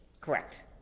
Correct